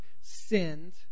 sinned